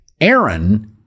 Aaron